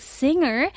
singer